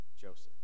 Joseph